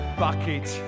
bucket